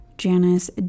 Janice